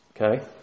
okay